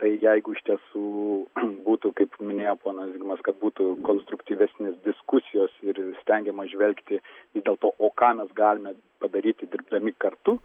tai jeigu iš tiesų būtų kaip minėjo ponas zigmas kad būtų konstruktyvesnės diskusijos ir stengiama žvelgti vis dėlto o ką mes galime padaryti dirbdami kartu